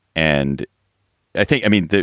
and i think, i mean,